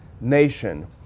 nation